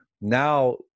Now